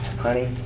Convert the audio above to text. Honey